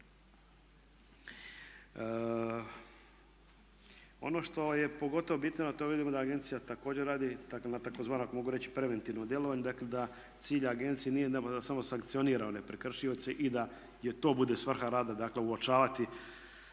Ono što je pogotovo bitno, a to vidimo da agencija također radi, dakle na tzv. ako mogu reći preventivnom djelovanju, dakle da cilj agencije nije da samo sankcionira one prekršioce i da joj to bude svrha rada. Dakle, uočavati